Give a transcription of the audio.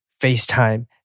FaceTime